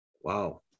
Wow